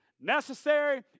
necessary